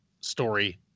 story